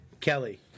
Kelly